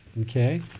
Okay